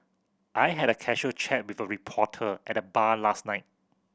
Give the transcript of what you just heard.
I had a casual chat with a reporter at the bar last night